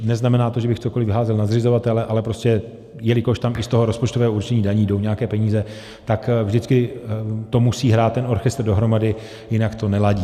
Neznamená to, že bych cokoliv házel na zřizovatele, ale prostě jelikož tam i z toho rozpočtového určení daní jdou nějaké peníze, tak to vždycky musí hrát ten orchestr dohromady, jinak to neladí.